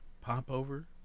Popover